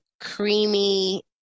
creamy